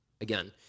again